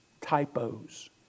typos